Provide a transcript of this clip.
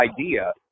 idea